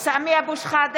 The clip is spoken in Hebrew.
(קוראת בשמות חברי הכנסת) סמי אבו שחאדה